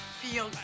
feel